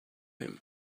him